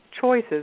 choices